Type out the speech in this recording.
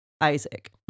Isaac